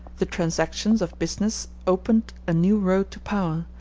the transactions of business opened a new road to power,